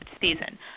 season